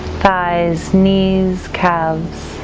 thighs, knees, calves,